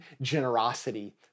generosity